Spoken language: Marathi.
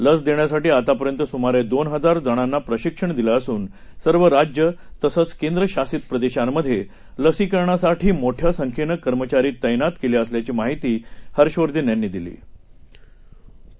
लसदेण्यासाठीआतापर्यंतसुमारेदोनहजारजणांनाप्रशिक्षणदिलंअसूनसर्वराज्यतसंचकेंद्रशासितप्रदेशांमध्येलसीकरणासाठीमोठ्यासंख्येनंआ रोग्यकर्मचारीतैनातकेलेअसल्याचीमाहितीहर्षवर्धनयांनीदिलीआहे